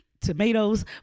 tomatoes